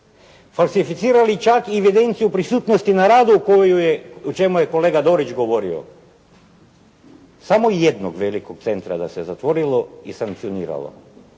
falsificirali čak i evidenciju prisutnosti na radu o čemu je kolega Dorić govorio. Samo jednog velikog centra da se zatvorilo i sankcioniralo